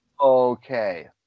Okay